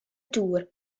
dŵr